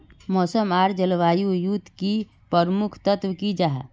मौसम आर जलवायु युत की प्रमुख तत्व की जाहा?